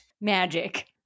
magic